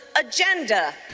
agenda